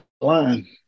line